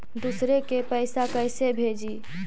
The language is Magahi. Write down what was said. दुसरे के पैसा कैसे भेजी?